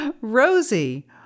Rosie